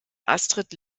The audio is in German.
astrid